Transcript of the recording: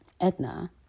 Edna